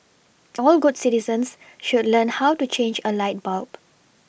all good citizens should learn how to change a light bulb